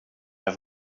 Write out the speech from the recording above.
have